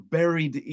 buried